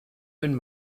bin